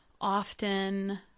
often